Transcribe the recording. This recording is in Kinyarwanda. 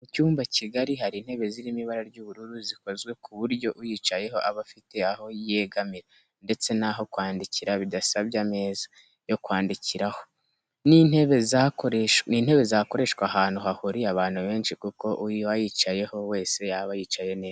Mu cyumba kigari hari Intebe ziri mu ibara ry'ubururu zikozwe ku buryo uyicayeho aba afite aho yegamira ndetse n'aho kwandikira bidasabye ameza yandi yo kwandikiraho, Ni intebe zakoreshwa ahantu hahuriye abantu benshi kuko uwayicaraho wese yaba yicaye neza.